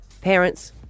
parents